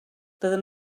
doedden